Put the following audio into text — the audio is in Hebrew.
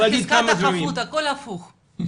זאת אומרת הזכרת חפות, הכול הפוך.